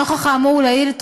נוכח האמור לעיל,